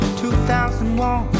2001